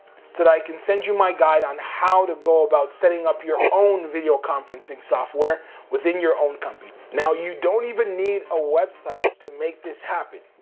so that i can send you my guide on how to go about setting up your own video conferencing software within your own company. now you don't even need a website to make this happen,